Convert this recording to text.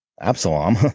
Absalom